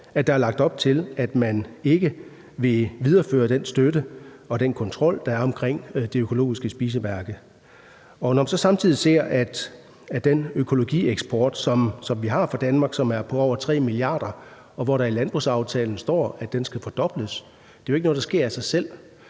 at der er lagt op til, at man ikke vil videreføre den støtte og den kontrol, der er omkring Det Økologiske Spisemærke. Når man så samtidig ser på den økologieksport, som vi har i Danmark, som er på over 3 mia. kr., og som der i landbrugsaftalen står skal fordobles, vil jeg sige, at det jo ikke er noget, der sker af sig selv.